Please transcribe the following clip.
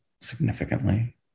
significantly